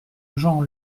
nogent